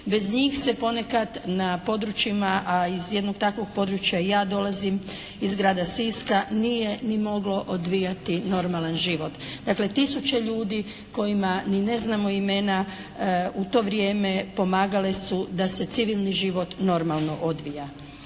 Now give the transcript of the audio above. Bez njih se ponekad na područjima, a iz jednog takvog područja i ja dolazim iz Grada Siska nije ni mogao odvijati normalan život. Dakle, tisuće ljudi kojima ni ne znamo imena u to vrijeme pomagale su da se civilni život normalno odvija.